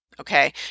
okay